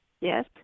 Yes